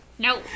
No